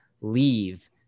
leave